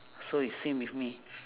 so is same with me